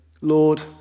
Lord